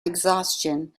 exhaustion